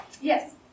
Yes